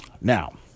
Now